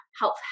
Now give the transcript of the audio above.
help